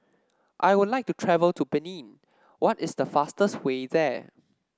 I would like to travel to Benin what is the fastest way there